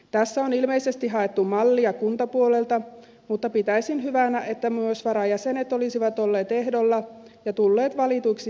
tässä on ilmeisesti haettu mallia kuntapuolelta mutta pitäisin hyvänä että myös varajäsenet olisivat olleet ehdolla ja tulleet valituiksi tehtäviinsä